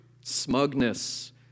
smugness